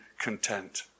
content